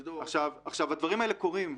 הדברים האלה קורים.